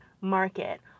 market